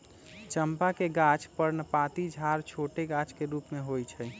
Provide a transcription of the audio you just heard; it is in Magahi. चंपा के गाछ पर्णपाती झाड़ छोट गाछ के रूप में होइ छइ